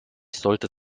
sollte